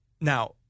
Now